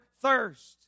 thirst